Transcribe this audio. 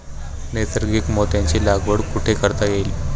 नैसर्गिक मोत्यांची लागवड कुठे करता येईल?